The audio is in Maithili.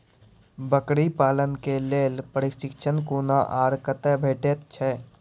बकरी पालन के लेल प्रशिक्षण कूना आर कते भेटैत छै?